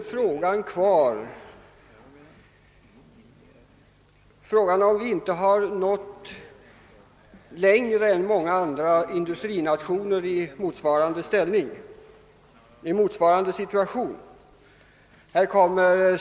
Ändå är det fråga om, om inte vi nått längre än många andra industrinationer i motsvarande situation.